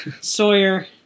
Sawyer